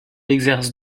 exerce